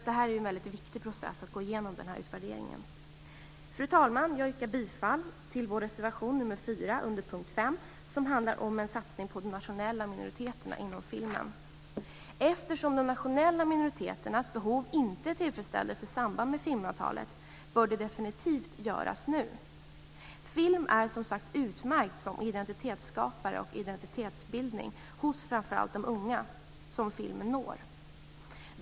Det är ju en väldigt viktig process att gå igenom utvärderingen. Fru talman! Jag yrkar bifall till vår reservation nr Eftersom de nationella minoriteternas behov inte tillfredsställdes i samband med filmavtalet, bör det definitivt göras nu. Film är som sagt utmärkt som identitetsskapare och identitetsbildning hos framför allt de unga som filmen når.